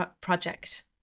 project